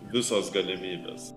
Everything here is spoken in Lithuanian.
visos galimybės